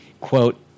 quote